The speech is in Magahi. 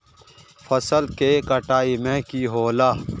फसल के कटाई में की होला?